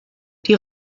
die